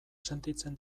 sentitzen